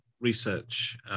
research